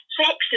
sex